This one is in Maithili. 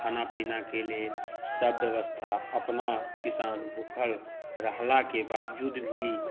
खाना पीनाकें लेल सभ व्यवस्था अपना किसान भूखल रहलाके बाबजूद भी